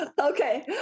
Okay